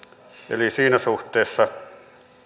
eli siinä suhteessa